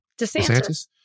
DeSantis